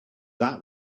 believe